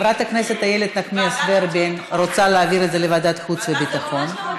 חברת הכנסת איילת נחמיאס ורבין רוצה להעביר את זה לוועדת חוץ וביטחון.